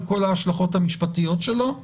על כל ההשלכות המשפטיות שלו.